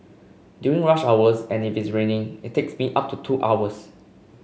during rush hours and if it's raining it takes me up to two hours